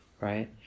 right